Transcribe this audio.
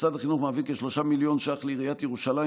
משרד החינוך מעביר כ-3 מיליון שקלים לעיריית ירושלים